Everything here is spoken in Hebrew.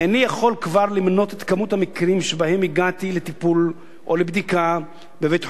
יכול כבר למנות את כמות המקרים שבהם הגעתי לטיפול או לבדיקה בבית-חולים